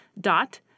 dot